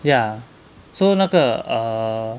ya so 那个 err